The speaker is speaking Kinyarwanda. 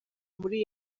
muri